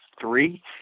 three